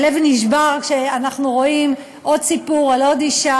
הלב נשבר כשאנחנו רואים עוד סיפור על עוד אישה.